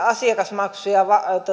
asiakasmaksuja